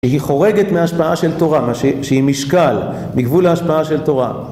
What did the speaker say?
שהיא חורגת מההשפעה של תורה, שהיא משקל מגבול ההשפעה של תורה.